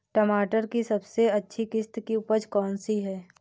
टमाटर की सबसे अच्छी किश्त की उपज कौन सी है?